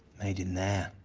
made in there.